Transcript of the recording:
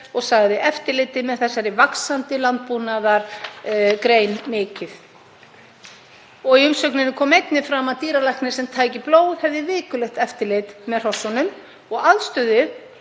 og sagði eftirlit með þessari vaxandi landbúnaðargrein mikið. Í umsögninni kom einnig fram að dýralæknir sem tæki blóð hefði vikulegt eftirlit með hrossunum og aðstöðunni.